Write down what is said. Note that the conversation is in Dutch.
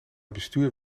bestuur